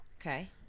Okay